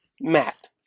matt